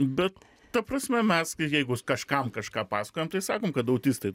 bet ta prasme mes jeigu kažkam kažką pasakojam tai sakom kad autistai